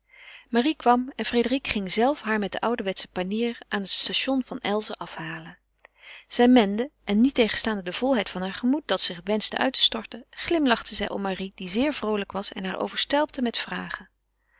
marie kwam en frédérique ging zelve haar met den ouderwetschen panier aan het station van elzen afhalen zij mende en niettegenstaande de volheid van haar gemoed dat zich wenschte uit te storten glimlachte zij om marie die zeer vroolijk was en haar overstelpte met vragen